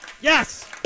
Yes